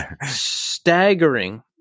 staggering